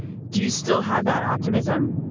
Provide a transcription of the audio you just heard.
do you still have that optimism?